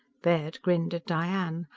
baird grinned at diane.